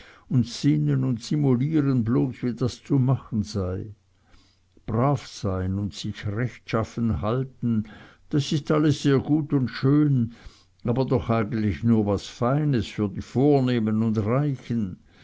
und sinnen und simulieren bloß wie das zu machen sei brav sein und sich rechtschaffen halten das ist alles sehr gut und schön aber doch eigentlich nur was feines für die vornehmen und reichen